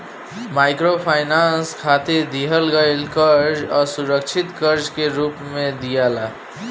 microfinance खातिर दिहल गईल कर्जा असुरक्षित कर्जा के रूप में दियाला